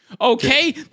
Okay